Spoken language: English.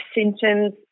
symptoms